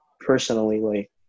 personally